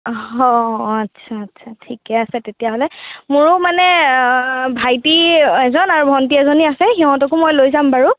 অঁ অঁ আচ্ছা আচ্ছা ঠিকে আছে তেতিয়াহ'লে মোৰো মানে ভাইটি এজন আৰু ভণ্টি এজনী আছে সিহঁতকো মই লৈ যাম বাৰু